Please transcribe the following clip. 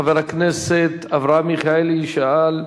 חבר הכנסת אברהם מיכאלי שאל: